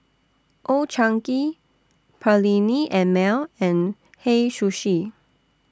Old Chang Kee Perllini and Mel and Hei Sushi